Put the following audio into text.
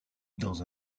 dans